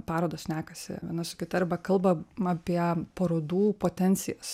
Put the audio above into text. parodos šnekasi viena su kita arba kalba apie parodų potencijas